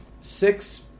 six